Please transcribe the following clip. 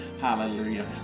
hallelujah